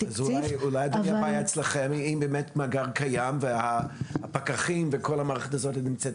אבל --- אולי הבעיה אצלכם אם המאגר קיים והפקחים נמצאים,